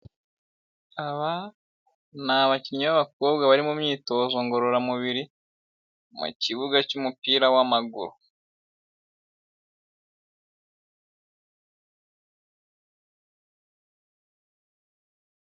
Aba ni abakinnyi b'abakobwa bari mu myitozo ngororamubiri mu kibuga cy'umupira w'amaguru.